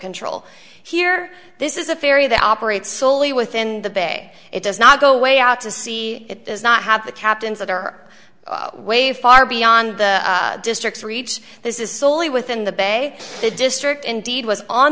control here this is a ferry that operates solely within the bay it does not go away out to sea it does not have the captains that are way far beyond the district's reach this is solely within the bay the district indeed was on